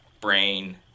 brain